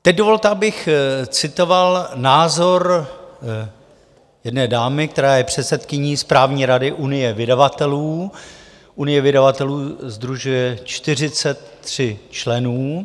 Teď dovolte, abych citoval názor jedné dámy, která je předsedkyní správní rady Unie vydavatelů Unie vydavatelů sdružuje 43 členů.